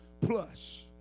plus